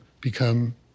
become